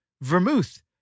vermouth